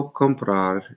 comprar